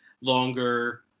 longer